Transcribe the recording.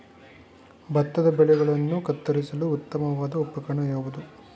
ಭತ್ತದ ಬೆಳೆಗಳನ್ನು ಕತ್ತರಿಸಲು ಉತ್ತಮವಾದ ಉಪಕರಣ ಯಾವುದು?